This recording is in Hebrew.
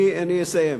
אני אסיים.